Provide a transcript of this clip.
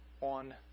on